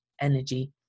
energy